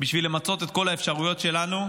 בשביל למצות את כל האפשרויות שלנו.